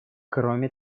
кроме